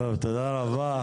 תודה רבה.